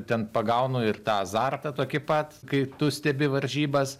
ten pagaunu ir tą azartą tokį pat kai tu stebi varžybas